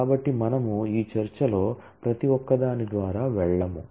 కాబట్టి మనము ఈ చర్చలో ప్రతి ఒక్కటి ద్వారా వెళ్ళము